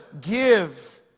give